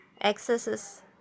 excesses